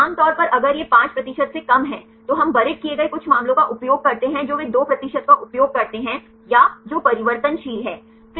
आम तौर पर अगर यह 5 प्रतिशत से कम है तो हम बरीद किए गए कुछ मामलों का उपयोग करते हैं जो वे 2 प्रतिशत का उपयोग करते हैं या जो परिवर्तनशील है